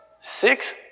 six